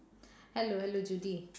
hello hello judy